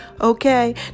Okay